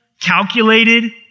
calculated